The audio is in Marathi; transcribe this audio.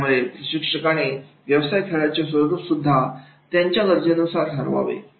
त्यामुळे प्रशिक्षकाने व्यवसाय खेळाचे स्वरूपसुद्धा त्यांच्या गरजेनुसार ठरवावे